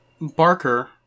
Barker